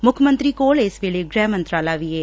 ਮੁੱਖ ਮੰਤਰੀ ਕੋਲ ਇਸ ਵੇਲੇ ਗ੍ਰਹਿ ਮੰਤਰਾਲਾ ਵੀ ਏ